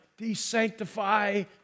desanctify